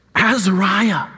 Azariah